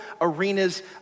arenas